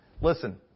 Listen